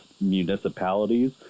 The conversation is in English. municipalities